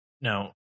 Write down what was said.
now